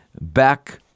back